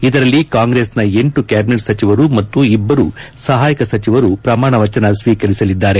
ಇದರಲ್ಲಿ ಕಾಂಗ್ರೆಸ್ನ ಲ ಕ್ಯಾಬಿನೆಟ್ ಸಚಿವರು ಮತ್ತು ಇಬ್ಬರು ಸಹಾಯಕ ಸಚಿವರು ಪ್ರಮಾಣವಚನ ಸ್ವೀಕರಿಸಲಿದ್ದಾರೆ